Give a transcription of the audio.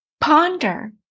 ponder